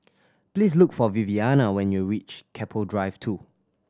please look for Viviana when you reach Keppel Drive Two